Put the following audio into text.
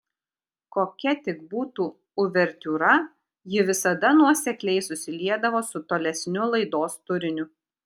kokia tik būtų uvertiūra ji visada nuosekliai susiliedavo su tolesniu laidos turiniu